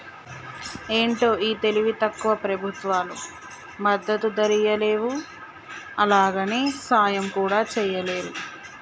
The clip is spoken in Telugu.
ఏంటో ఈ తెలివి తక్కువ ప్రభుత్వాలు మద్దతు ధరియ్యలేవు, అలాగని సాయం కూడా చెయ్యలేరు